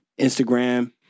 Instagram